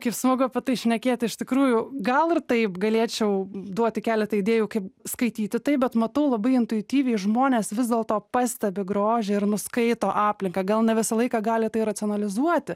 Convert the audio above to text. kaip smagu apie tai šnekėt iš tikrųjų gal ir taip galėčiau duoti keletą idėjų kaip skaityti tai bet matau labai intuityviai žmonės vis dėlto pastebi grožį ir nuskaito aplinką gal ne visą laiką gali tai racionalizuoti